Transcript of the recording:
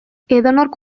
edonork